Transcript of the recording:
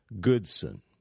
Goodson